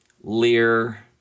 Lear